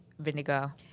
vinegar